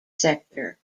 sector